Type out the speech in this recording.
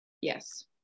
Yes